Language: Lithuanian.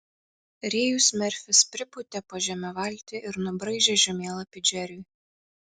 rėjus merfis pripūtė po žeme valtį ir nubraižė žemėlapį džeriui